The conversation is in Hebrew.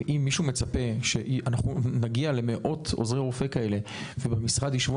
אם מישהו מצפה שאנחנו נגיע למאות עוזרי רופא כאלה ובמשרד ישבו